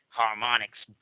harmonics